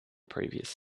previous